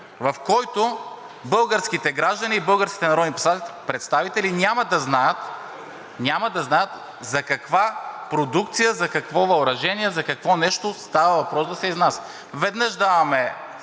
в който българските граждани и българските народни представители няма да знаят за каква продукция, за какво въоръжение, за какво нещо става въпрос да се изнася. Веднъж даваме